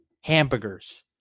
Hamburgers